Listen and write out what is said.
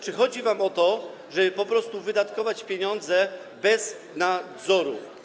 Czy chodzi wam o to, żeby po prostu wydatkować pieniądze bez nadzoru?